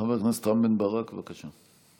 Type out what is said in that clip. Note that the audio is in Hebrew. חבר הכנסת רם בן ברק, בבקשה.